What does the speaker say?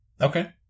Okay